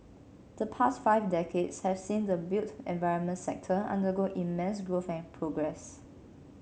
the past five decades have seen the built environment sector undergo immense growth and progress